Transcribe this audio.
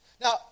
Now